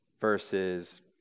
versus